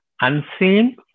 unseen